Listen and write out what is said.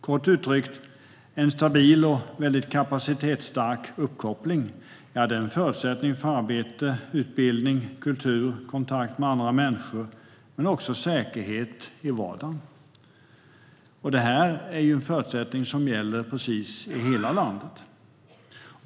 Kort uttryckt: En stabil och kapacitetsstark uppkoppling är en förutsättning för arbete, utbildning, kulturupplevelser, kontakt med andra människor men också säkerhet i vardagen. Det är en förutsättning som gäller i hela landet.